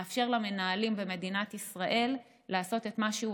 לאפשר למנהלים במדינת ישראל לעשות את מה שהוא